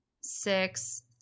six